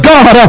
God